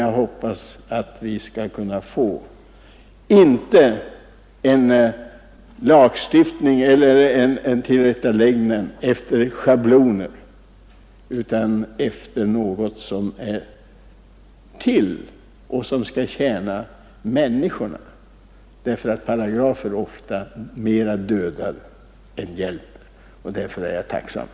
Jag hoppas att vi inte skall få en lagstiftning eller en Torsdagen den tillrättaläggning efter schabloner. Vi måste ha någonting som tjänar 13 april 1972 människorna. Paragrafer dödar ofta mera än de hjälper. ARNE RE ORITT Om åtgärder för att